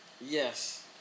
Yes